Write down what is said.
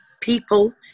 people